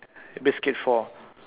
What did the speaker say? risk it for